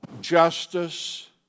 justice